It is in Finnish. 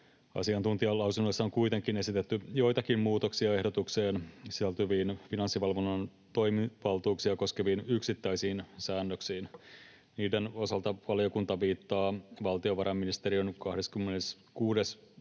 Asiantuntijalausunnoissa on kuitenkin esitetty joitain muutoksia ehdotukseen sisältyviin Finanssivalvonnan toimivaltuuksia koskeviin yksittäisiin säännöksiin. Niiden osalta valiokunta viittaa valtiovarainministeriön 26.